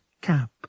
cap